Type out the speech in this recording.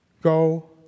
go